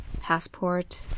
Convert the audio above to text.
Passport